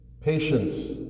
patience